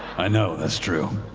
i know, that's true.